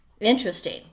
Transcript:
interesting